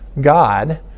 God